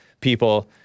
people